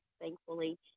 thankfully